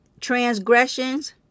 transgressions